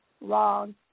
wrong